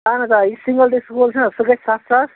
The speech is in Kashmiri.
اَہَن حظ آ یُس سنٛگل ڈَسِک وول چھُنَہ سُہ گَژھِ سَتھ ساس